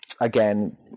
again